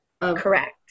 Correct